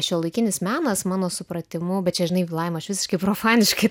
šiuolaikinis menas mano supratimu bet čia žinai laima aš visiškai profaniškai